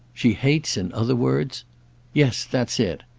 she hates in other words yes, that's it!